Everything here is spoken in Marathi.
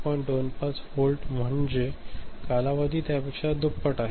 25 व्होल्ट म्हणजे कालावधी त्यापेक्षा दुप्पट आहे